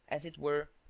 as it were,